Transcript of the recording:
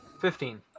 fifteen